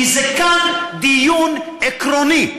כי כאן זה דיון עקרוני,